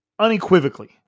Unequivocally